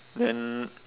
then